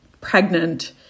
pregnant